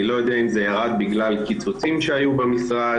אני לא יודע אם זה ירד בגלל קיצוצים שהיו במשרד,